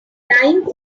dying